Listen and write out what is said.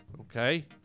okay